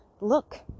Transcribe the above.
look